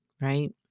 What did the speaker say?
right